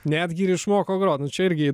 netgi ir išmoko grot nu čia irgi